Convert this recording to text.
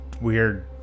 weird